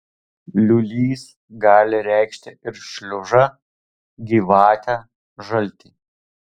liūlys gali reikšti ir šliužą gyvatę žaltį